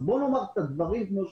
אז בואו נאמר את הדברים כמו שהם.